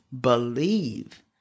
believe